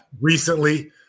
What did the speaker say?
recently